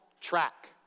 track